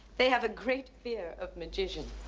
they have a great fear of magicians.